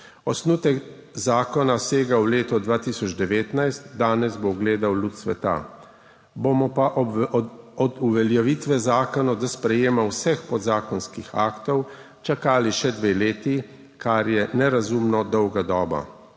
Osnutek zakona sega v leto 2019, danes bo ugledal luč sveta, bomo pa od uveljavitve zakona do sprejetja vseh podzakonskih aktov čakali še dve leti, kar je nerazumno dolga doba.